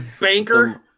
banker